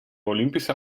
olympische